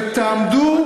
ותעמדו,